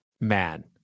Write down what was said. man